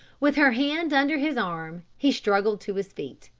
with her hand under his arm he struggled to his feet.